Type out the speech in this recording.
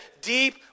deep